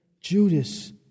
Judas